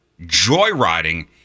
joyriding